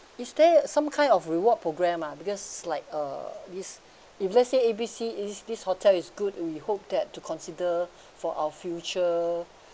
is there some kind of reward program ah because like uh is if let's say B C is this hotel is good we hope that to consider for our future